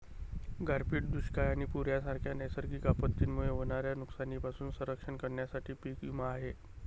गारपीट, दुष्काळ आणि पूर यांसारख्या नैसर्गिक आपत्तींमुळे होणाऱ्या नुकसानीपासून संरक्षण करण्यासाठी पीक विमा आहे